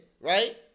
Right